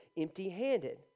empty-handed